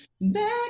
Back